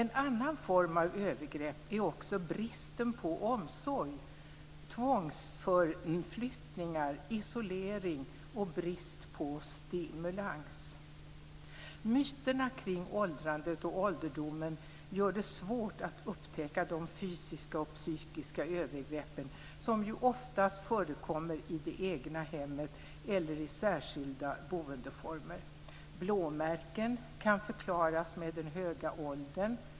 En annan form av övergrepp är också bristen på omsorg, tvångsförflyttningar, isolering och brist på stimulans. Myterna kring åldrandet och ålderdomen gör det svårt att upptäcka de fysiska och psykiska övergreppen, som oftast förekommer i det egna hemmet eller i särskilda boendeformer. Blåmärken kan förklaras med den höga åldern.